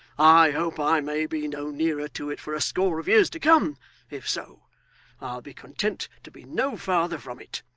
i hope i may be no nearer to it for a score of years to come if so, i'll be content to be no farther from it.